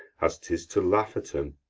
as tis to laugh at em